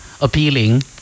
appealing